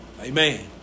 Amen